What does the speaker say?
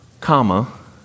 comma